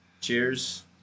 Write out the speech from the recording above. Cheers